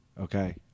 okay